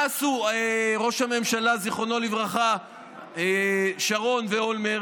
מה עשו ראש הממשלה זיכרונו לברכה שרון ואולמרט